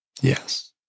Yes